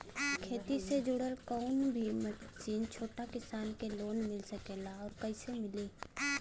खेती से जुड़ल कौन भी मशीन छोटा किसान के लोन मिल सकेला और कइसे मिली?